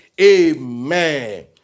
Amen